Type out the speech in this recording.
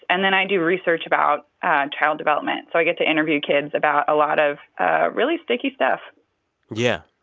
and then i do research about child development. so i get to interview kids about a lot of ah really sticky stuff yeah,